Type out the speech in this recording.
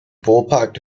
ballpark